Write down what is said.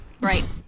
right